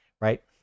right